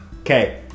Okay